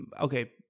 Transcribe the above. okay